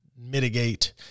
mitigate